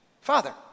Father